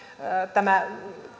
tämä